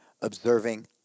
observing